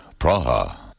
Praha